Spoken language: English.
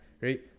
right